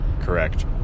Correct